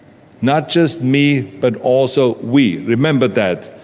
not just me but also we. remember that.